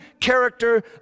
character